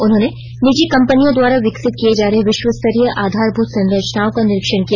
उन्होंने निजी कंपनियों द्वारा विकसित किए जा रहे विश्वस्तरीय आधारभूत संरचनाओं का निरीक्षण किया